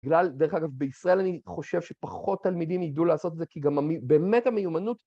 גלל, דרך אגב, בישראל אני חושב שפחות תלמידים יגדלו לעשות את זה, כי גם ה... באמת המיומנות...